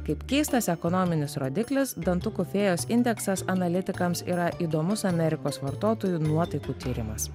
kaip keistas ekonominis rodiklis dantukų fėjos indeksas analitikams yra įdomus amerikos vartotojų nuotaikų tyrimas